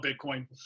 bitcoin